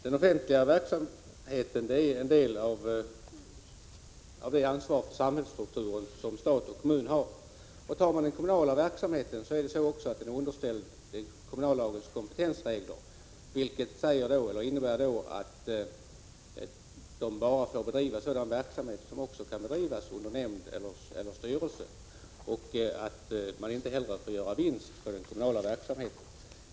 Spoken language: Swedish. Den offentliga verksamheten är ett uttryck för det ansvar för samhällsstrukturen som stat och kommun har. Vidare är den kommunala verksamheten underställd kommunallagens kompetensregler, vilket innebär att kommunerna bara får utöva sådan företagsverksamhet som också kan bedrivas av en nämnd eller en styrelse. Man får inte heller göra någon vinst när det gäller den kommunala verksamheten.